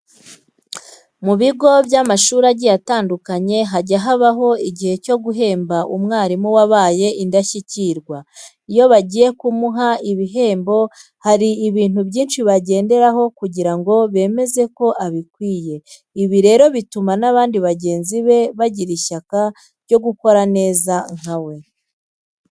Mu bigo by'amashuri agiye atandukanye hajya habaho igihe cyo guhemba umwarimu wabaye indashyikirwa. Iyo bagiye kumuha, ibi bihembo hari ibintu byinshi bagenderaho kugira ngo bemeze ko abikwiye. Ibi rero bituma n'abandi bagenzi be bagira ishyaka ryo gukora neza nka we.